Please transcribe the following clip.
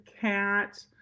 cat